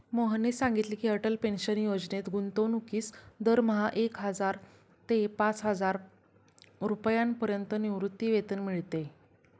मोहनने सांगितले की, अटल पेन्शन योजनेत गुंतवणूकीस दरमहा एक हजार ते पाचहजार रुपयांपर्यंत निवृत्तीवेतन मिळते